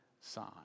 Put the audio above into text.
sign